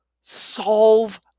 solve